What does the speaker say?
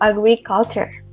Agriculture